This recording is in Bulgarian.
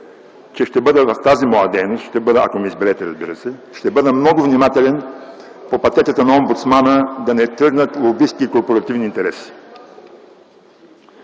че в тази моя дейност, ако, разбира се, ме изберете, ще бъда много внимателен по пътеката на омбудсмана да не тръгнат лобистки и корпоративни интереси.